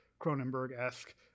Cronenberg-esque